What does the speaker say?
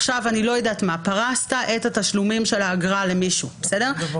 למשל פרסת תשלומים של האגרה למישהו -- אין דבר כזה.